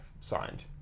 signed